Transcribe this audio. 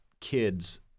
kids